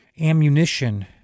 ammunition